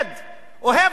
אוהב עבודה,